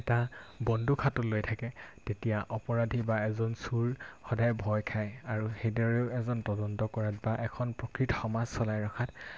এটা বন্দুক হাতত লৈ থাকে তেতিয়া অপৰাধী বা এজন চুৰ সদায় ভয় খায় আৰু সেইদৰেও এজন তদন্ত কৰাত বা এখন প্ৰকৃত সমাজ চলাই ৰখাত